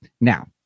Now